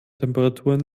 temperaturen